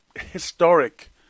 historic